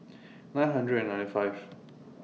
nine hundred and ninety five